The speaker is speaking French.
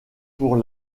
pour